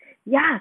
ya